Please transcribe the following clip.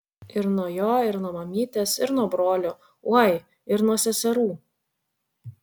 ir nuo jo ir nuo mamytės ir nuo brolių oi ir nuo seserų